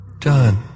Done